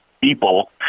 people